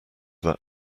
that